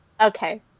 okay